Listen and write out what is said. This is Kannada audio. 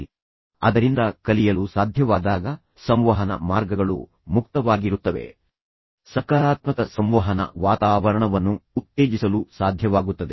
ಆದ್ದರಿಂದ ನೀವು ಸ್ಪಷ್ಟಪಡಿಸಲು ಅದರಿಂದ ಕಲಿಯಲು ಸಾಧ್ಯವಾದಾಗ ಮತ್ತು ಸಂವಹನ ಮಾರ್ಗಗಳು ಮುಕ್ತವಾಗಿರುತ್ತವೆ ನಂತರ ನೀವು ಅತ್ಯಂತ ಸಕಾರಾತ್ಮಕ ಸಂವಹನ ವಾತಾವರಣವನ್ನು ಉತ್ತೇಜಿಸಲು ಸಾಧ್ಯವಾಗುತ್ತದೆ